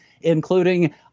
including